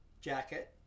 jacket